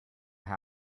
will